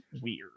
weird